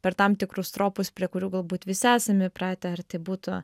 per tam tikrus tropus prie kurių galbūt visi esam įpratę ar tai būtų